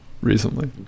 Recently